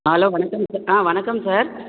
ஆ hello வணக்கம் sir ஆ வணக்கம் சார்